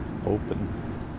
open